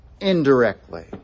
indirectly